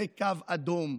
זה קו אדום.